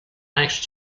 next